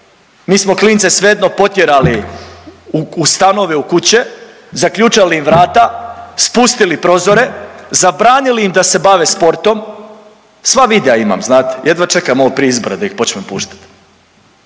mi smo klince svejedno potjerali u stanove, u kuće, zaključali im vrata, spustili prozore, zabranili im da se bave sportom, sva videa imam znate, jedva čekam ovo prije izbora da ih počnem puštat,